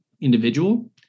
individual